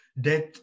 death